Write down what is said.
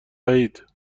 وحید